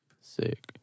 Sick